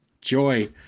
joy